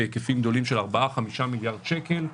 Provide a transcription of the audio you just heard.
בהיקפים גדולים של 4 5 מיליארד שקל.